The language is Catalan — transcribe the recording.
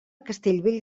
castellvell